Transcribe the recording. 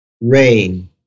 rain